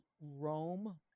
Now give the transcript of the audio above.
Rome